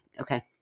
Okay